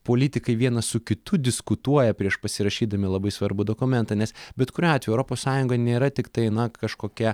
politikai vienas su kitu diskutuoja prieš pasirašydami labai svarbų dokumentą nes bet kuriuo atveju europos sąjunga nėra tiktai na kažkokia